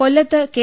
കൊല്പത്ത് K